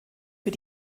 für